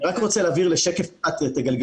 הראינו